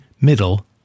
middle